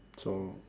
so